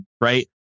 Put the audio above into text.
right